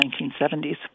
1970s